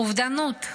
אובדנות,